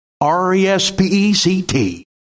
R-E-S-P-E-C-T